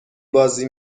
بازی